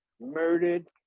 murdered